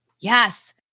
Yes